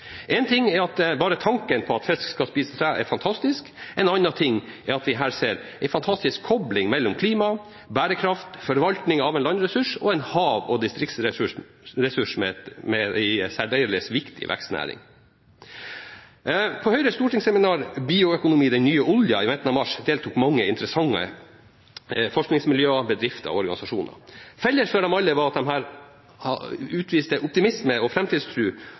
ting er at bare tanken på at fisk skal spise tre, er fantastisk. En annen ting er at vi her ser en fantastisk kobling mellom klima, bærekraft og forvaltning av en landressurs og en hav- og distriktsressurs i en særdeles viktig vekstnæring. På Høyres stortingsseminar Bioøkonomi – den nye oljen? i midten av mars deltok mange interessante forskningsmiljøer, bedrifter og organisasjoner. Felles for dem alle var at de utviste optimisme og